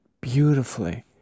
beautifully